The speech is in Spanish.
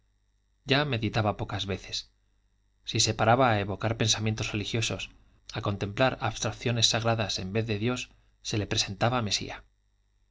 ya meditaba pocas veces si se paraba a evocar pensamientos religiosos a contemplar abstracciones sagradas en vez de dios se le presentaba mesía